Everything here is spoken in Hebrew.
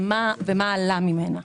ומה עלה ממנה.